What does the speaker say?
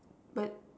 but